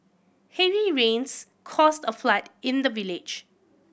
heavy rains caused a flood in the village